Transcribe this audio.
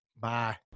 bye